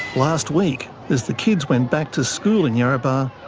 last week, as the kids went back to school in yarrabah,